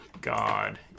god